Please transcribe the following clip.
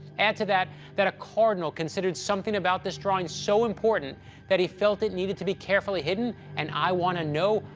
add to that that a cardinal considered something about this drawing so important that he felt it needed to be carefully hidden, and i want to know,